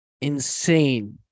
insane